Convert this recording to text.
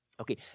Okay